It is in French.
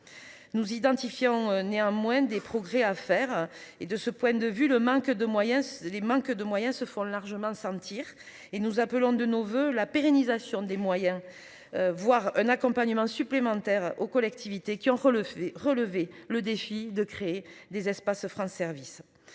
nous identifiant néanmoins des progrès à faire et de ce point de vue le manque de moyens, les mains que de moyens se font largement sentir et nous appelons de nos voeux la pérennisation des moyens. Voire un accompagnement supplémentaire aux collectivités qui ont relevé relever le défi de créer des espaces un service.